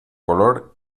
color